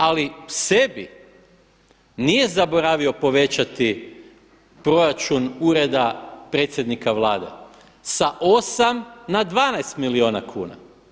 Ali sebi nije zaboravio povećati proračun Ureda predsjednika Vlade sa 8 na 12 milijuna kuna.